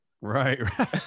Right